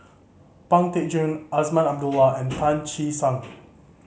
Pang Teck Joon Azman Abdullah and Tan Che Sang